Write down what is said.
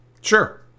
Sure